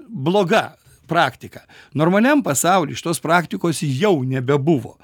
bloga praktika normaliam pasauly šitos praktikos jau nebebuvo